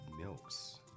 milks